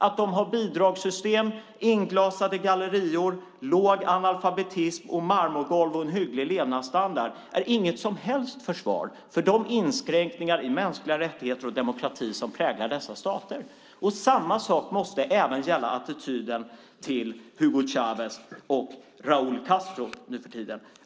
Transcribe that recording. Att de har bidragssystem, inglasade gallerior, låg analfabetism, marmorgolv och en hygglig levnadsstandard är inget som helst försvar för de inskränkningar i mänskliga rättigheter och demokrati som präglar dessa stater. Samma sak måste även gälla attityden till Hugo Chávez och nu för tiden Raúl Castro.